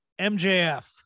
MJF